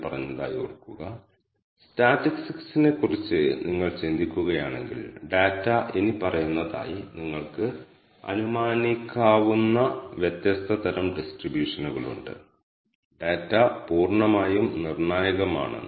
csv യിൽ നിന്ന് ഞങ്ങൾ എക്സ്ട്രാക്റ്റുചെയ്ത ഡാറ്റാ ഫ്രെയിം ട്രിപ്പ് ഡീറ്റെയിൽസ് ആണ് ഈ സ്ട്രക്ച്ചർ ഫങ്ക്ഷനിലേക്കുള്ള ഒരു വാദമായി ഞാൻ ആ ഡാറ്റ ഫ്രെയിം കൈമാറുകയാണ്